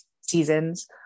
seasons